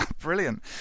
Brilliant